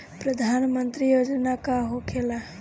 प्रधानमंत्री योजना का होखेला?